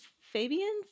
Fabian